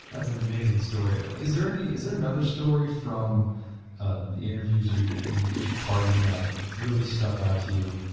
that's an amazing story. is there any, is there another story from the interviews you you took part and that really stuck out to you?